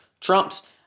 Trump's